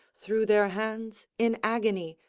threw their hands in agony,